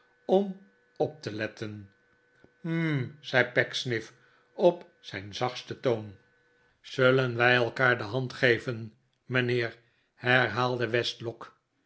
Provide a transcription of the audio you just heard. om op te letten hm zei pecksniff op zijn zachtsten toon vergevensgezindheid zullen wij elkaar de hand geven mijnheer herhaalde